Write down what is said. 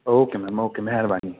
ओ के ma'am okay महिरबानी